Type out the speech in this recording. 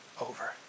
over